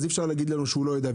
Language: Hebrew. אז אי-אפשר להגיד לנו שהוא לא יודע.